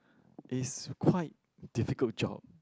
is quite difficult job